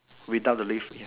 without the leave ya